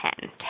ten